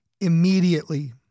immediately